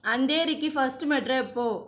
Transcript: அந்தேரிக்கு first metro எப்போ